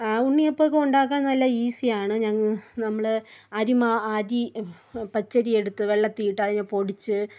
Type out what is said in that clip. ഉണ്ണിയപ്പം ഒക്കെ ഉണ്ടാക്കാൻ നല്ല ഈസിയാണ് ഞങ്ങൾ നമ്മൾ അരിമാവ് അരി പച്ചരി എടുത്ത് വെള്ളത്തിൽ ഇട്ട് അതിനെ പൊടിച്ച്